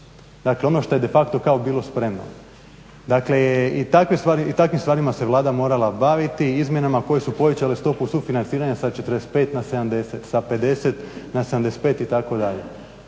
Dakle, ono što je de facto kao bilo spremno. Dakle, i takvim stvarima se Vlada morala baviti, izmjenama koje su povećale stopu sufinanciranja sa 45 na 70, sa 50 na 75 itd.